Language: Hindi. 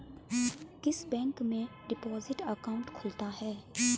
किस बैंक में डिपॉजिट अकाउंट खुलता है?